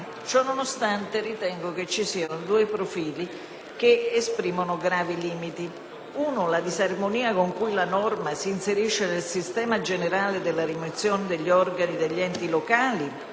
Ciò nonostante ritengo che ci siano due profili che esprimono gravi limiti: il primo è la disarmonia con cui la norma si inserisce nel sistema generale della rimozione degli organi degli enti locali